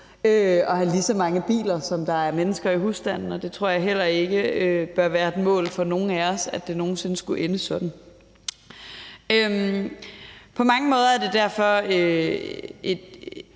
at have lige så mange biler, som der er mennesker i husstanden. Jeg tror heller ikke, det bør være et mål for nogen af os, at det nogen sinde skulle ende sådan. På mange måder er der derfor en